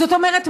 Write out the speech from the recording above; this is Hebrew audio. זאת אומרת,